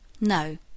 No